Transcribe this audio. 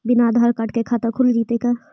बिना आधार कार्ड के खाता खुल जइतै का?